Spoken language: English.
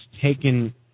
taken